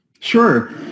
Sure